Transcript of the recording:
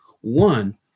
One